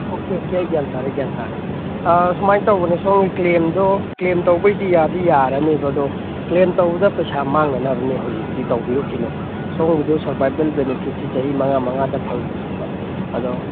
okay okay ꯑꯩ ꯒ꯭ꯌꯥꯟ ꯇꯥꯔꯦ ꯒ꯭ꯌꯥꯟ ꯇꯥꯔꯦ ꯁꯨꯃꯥꯏꯅ ꯇꯧꯕꯅꯤ ꯁꯣꯝꯒꯤ ꯀ꯭ꯂꯦꯝꯗꯣ ꯀ꯭ꯂꯦꯝ ꯇꯧꯕꯒꯤꯗꯤ ꯌꯥꯗꯤ ꯌꯥꯔꯅꯦꯕ ꯑꯗꯣ ꯀ꯭ꯂꯦꯝ ꯇꯧꯕꯗ ꯄꯩꯁꯥ ꯃꯪꯅꯅꯕꯅꯦ ꯍꯧꯖꯤꯛꯇꯤ ꯇꯧꯕꯤꯔꯨꯈꯤꯅꯨ ꯁꯣꯝꯒꯤꯁꯦ ꯁꯔꯕꯥꯏꯕꯜ ꯕꯦꯅꯤꯐꯤꯠꯁꯤ ꯆꯍꯤ ꯃꯉꯥ ꯃꯉꯥꯗ ꯐꯪꯕꯅꯦꯕ ꯑꯗꯣ